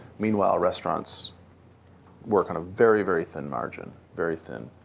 meanwhile, restaurants work on a very, very thin margin, very thin,